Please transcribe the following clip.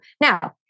Now